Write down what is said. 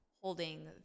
holding